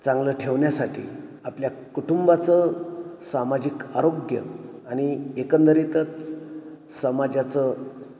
चांगलं ठेवण्यासाठी आपल्या कुटुंबाचं सामाजिक आरोग्य आणि एकंदरीतच समाजाचं